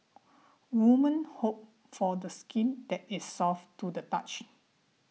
women hope for the skin that is soft to the touch